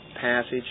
passage